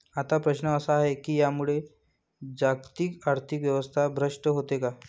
आता प्रश्न असा आहे की यामुळे जागतिक आर्थिक व्यवस्था भ्रष्ट होते का?